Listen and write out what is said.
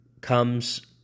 comes